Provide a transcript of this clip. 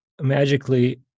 magically